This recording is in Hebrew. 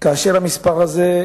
כאשר המספר הזה,